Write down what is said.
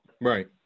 Right